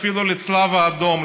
לא תושבי עזה ולא תושבי הדרום.